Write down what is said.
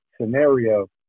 scenario